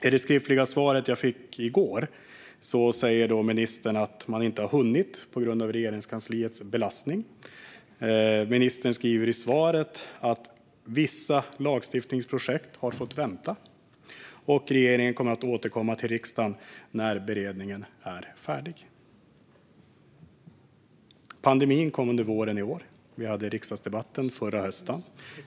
I det skriftliga svar som jag fick i går säger ministern att man inte har hunnit, på grund av Regeringskansliets belastning. Ministern skriver i svaret att vissa lagstiftningsprojekt har fått vänta och att regeringen kommer att återkomma till riksdagen när beredningen är färdig. Pandemin kom under våren i år. Vi hade riksdagsdebatten förra hösten.